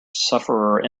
sufferer